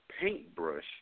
paintbrush